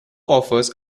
offers